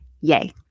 Yay